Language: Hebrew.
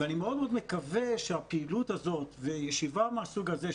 אני מאוד מקווה שהפעילות הזאת וישיבה מהסוג הזה,